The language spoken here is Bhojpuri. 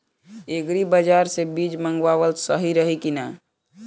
एग्री बाज़ार से बीज मंगावल सही रही की ना?